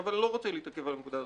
אבל אני לא רוצה להתעכב על הנקודה הזו,